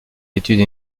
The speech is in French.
études